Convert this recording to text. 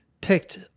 picked